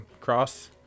cross